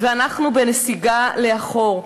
ואנחנו בנסיגה לאחור.